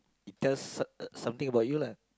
it tells something about you lah